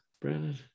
Brandon